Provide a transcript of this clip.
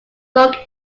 dog